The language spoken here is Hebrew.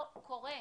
לא קורה.